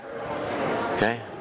Okay